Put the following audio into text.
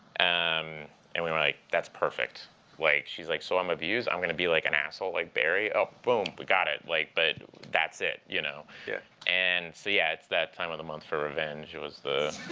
and um and we were like, that's perfect. like she's like, so i'm abused. i'm going to be like an asshole like barry. oh, boom, we got it. like but that's it, you know? yeah and so yeah, it's that time of the month for revenge was the